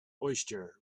oyster